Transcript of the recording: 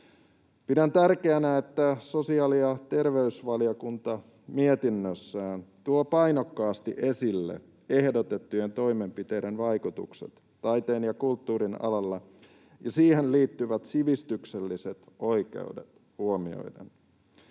Pidän tärkeänä, että sosiaali- ja terveysvaliokunta mietinnössään tuo painokkaasti esille ehdotettujen toimenpiteiden vaikutukset taiteen ja kulttuurin alalla siihen liittyvät sivistykselliset oikeudet huomioiden.